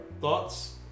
Thoughts